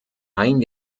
ein